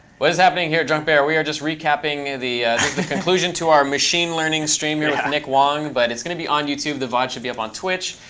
what is happening here? drunkbear. we are just recapping the the conclusion to our machine learning stream here with nick wong, but it's going to be on youtube. the vod should be up on twitch.